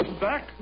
back